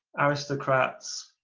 aristocrats,